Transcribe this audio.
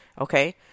Okay